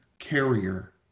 carrier